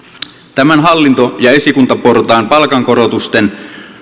tämän hallinto ja esikuntaportaan palkankorotusten